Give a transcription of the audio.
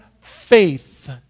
faith